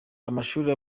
amashuri